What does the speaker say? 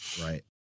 Right